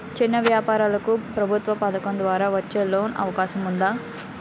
చిన్న వ్యాపారాలకు ప్రభుత్వం పథకాల ద్వారా వచ్చే లోన్ అవకాశం ఉందా?